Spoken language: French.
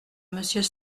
monsieur